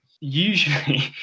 usually